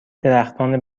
درختان